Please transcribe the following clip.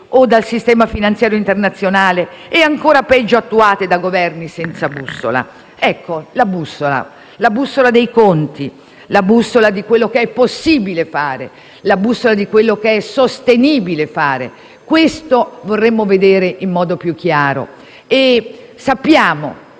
o dal sistema finanziario internazionale e, ancora peggio, attuate da Governi senza bussola? Ecco, la bussola, la bussola dei conti, la bussola di quello che è possibile fare, la bussola di quello che è sostenibile fare: questo vorremmo vedere in modo più chiaro. Sappiamo,